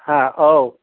ꯍꯥ ꯑꯧ